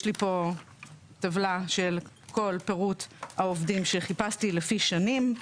יש לי כאן טבלה של כל פירוט העובדים שחיפשתי לפי שנים.